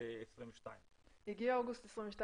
אוגוסט 2022. הגיע אוגוסט 2022,